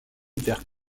vers